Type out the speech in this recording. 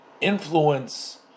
influence